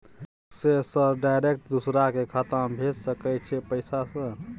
Cheque से sir direct दूसरा के खाता में भेज सके छै पैसा सर?